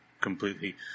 completely